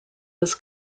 was